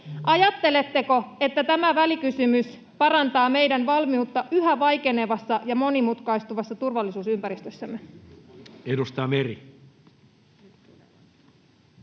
Ajatteletteko, että tämä välikysymys parantaa meidän valmiuttamme yhä vaikeammaksi muuttuvassa ja monimutkaistuvassa turvallisuusympäristössämme? [Speech